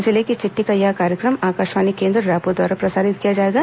जिले की चिट्ठी का यह कार्यक्रम आकाशवाणी केंद्र रायपुर द्वारा प्रसारित किया जाएगा